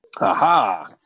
Aha